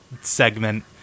segment